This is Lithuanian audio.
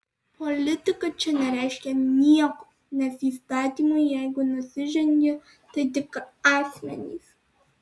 politika čia nereiškia nieko nes įstatymui jeigu nusižengė tai tik asmenys